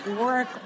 work